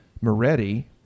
Moretti